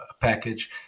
package